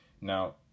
Now